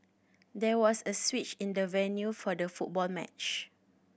there was a switch in the venue for the football match